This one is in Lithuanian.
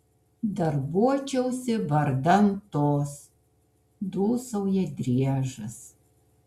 darbuočiausi vardan tos dūsauja driežas